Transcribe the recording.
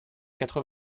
quatre